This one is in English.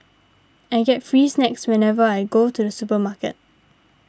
I get free snacks whenever I go to the supermarket